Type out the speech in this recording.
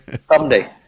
Someday